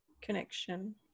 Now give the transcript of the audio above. connection